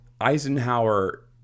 Eisenhower